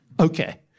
Okay